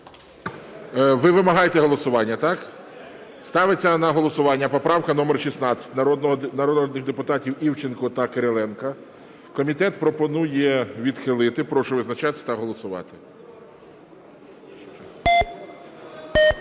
Ви вимагаєте голосування, так? Ставиться на голосування поправка номер 16 народних депутатів Івченка та Кириленка. Комітет пропонує відхилити. Прошу визначатись та голосувати.